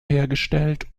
hergestellt